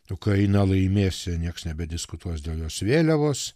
ukraina laimės ir nieks nediskutuos dėl jos vėliavos